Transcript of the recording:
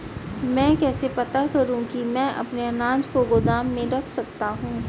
मैं कैसे पता करूँ कि मैं अपने अनाज को गोदाम में रख सकता हूँ?